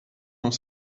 noch